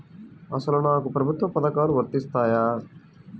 అసలు నాకు ప్రభుత్వ పథకాలు వర్తిస్తాయా?